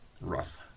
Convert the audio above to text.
rough